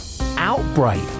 Outbreak